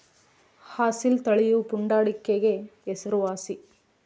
ಅಸೀಲ್ ತಳಿಯು ಪುಂಡಾಟಿಕೆಗೆ ಹೆಸರುವಾಸಿ